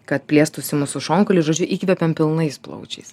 kad plėstųsi mūsų šonkauliai žodžiu įkvepiam pilnais plaučiais atpalaiduoti